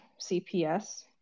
CPS